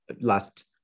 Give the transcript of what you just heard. last